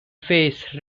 face